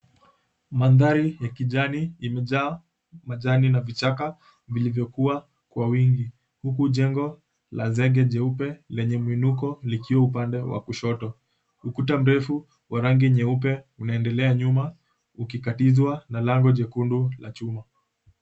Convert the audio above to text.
Mandhari ya kijani imejaa majani na vichaka vilivyokua kwa wingi, huku jengo la zege jeupe lenye mwinuko likiwa upande wa kushoto. Ukuta mrefu wa rangi nyeupe unaendelea nyuma ukikatizwa na lango jekundu la chuma.